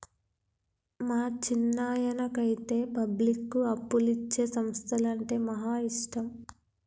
మా చిన్నాయనకైతే పబ్లిక్కు అప్పులిచ్చే సంస్థలంటే మహా ఇష్టం